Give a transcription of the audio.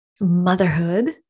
Motherhood